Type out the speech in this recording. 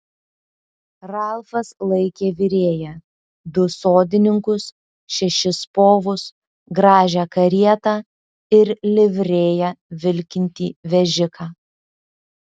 ralfas laikė virėją du sodininkus šešis povus gražią karietą ir livrėja vilkintį vežiką